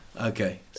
Okay